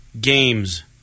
Games